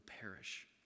perish